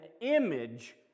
image